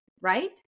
right